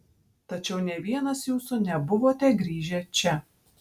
tačiau nė vienas jūsų nebuvote grįžę čia